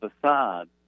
facade